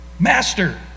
Master